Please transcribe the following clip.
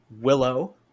Willow